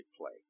play